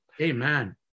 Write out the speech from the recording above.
Amen